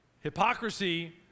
hypocrisy